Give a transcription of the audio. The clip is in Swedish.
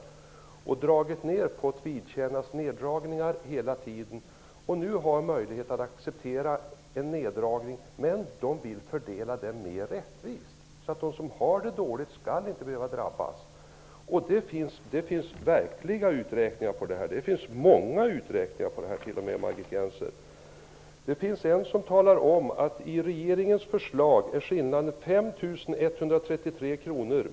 Pensionärerna har hela tiden fått vidkännas neddragningar. De kan nu möjligen acceptera ytterligare en neddragning, men de vill att den fördelas mera rättvist, så att de som har det dåligt ställt inte skall behöva drabbas. Det finns många uträkningar av detta, Margit I Ny demokratis förslag är skillnaden 3 192 kr.